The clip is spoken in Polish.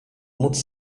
móc